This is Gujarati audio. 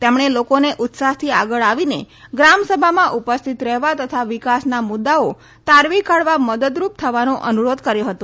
તેમણે લોકોને ઉત્સાહથી આગળ આવીને ગ્રામસભામાં ઉપસ્થિત રહેવા તથા વિકાસના મુદ્દાઓ તારવી કાઢવા મદદરૂપ થવાનો અનુરોધ કર્યો હતો